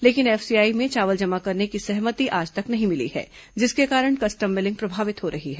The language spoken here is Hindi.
लेकिन एफसीआई में चावल जमा करने की सहमति आज तक नहीं मिली है जिसके कारण कस्टम मीलिंग प्रभावित हो रही है